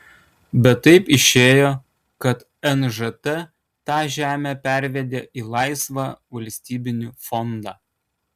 bet taip išėjo kad nžt tą žemę pervedė į laisvą valstybinį fondą